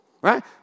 Right